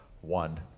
one